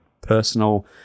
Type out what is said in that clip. personal